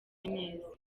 neza